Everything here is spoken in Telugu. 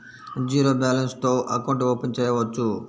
జీరో బాలన్స్ తో అకౌంట్ ఓపెన్ చేయవచ్చు?